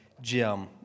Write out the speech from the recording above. Jim